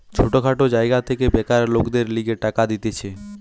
ছোট খাটো জায়গা থেকে বেকার লোকদের লিগে টাকা দিতেছে